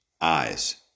eyes